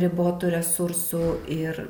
ribotų resursų ir